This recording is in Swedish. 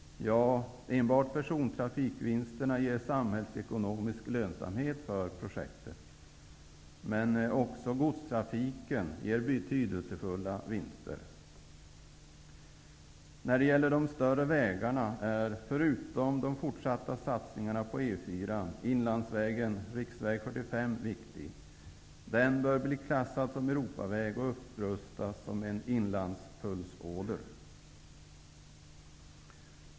Ja, enbart persontrafikvinsterna ger samhällsekonomisk lönsamhet för projektet. Men också godstrafiken ger betydelsefulla vinster. När det gäller de större vägarna är, förutom de fortsatta satsningarna på E 4, inlandsvägen riksväg 45 viktig. Den bör bli klassad som Europaväg och upprustas som en inlandspulsåder.